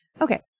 Okay